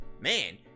man